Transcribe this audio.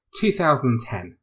2010